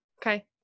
Okay